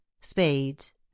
spades